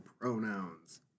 pronouns